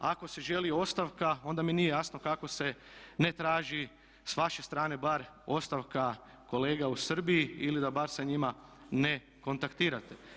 Ako se želi ostavka onda mi nije jasno kako se ne traži sa vaše strane bar ostavka kolega u Srbiji ili da bar sa njima ne kontaktirate.